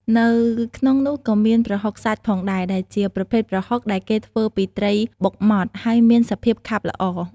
នៅក្នុងនោះក៏មាន ប្រហុកសាច់ ផងដែរ ដែលជាប្រភេទប្រហុកដែលគេធ្វើពីត្រីបុកម៉ដ្ឋ ហើយមានសភាពខាប់ល្អ។